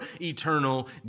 eternal